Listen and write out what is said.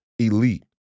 elite